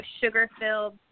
sugar-filled